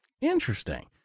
interesting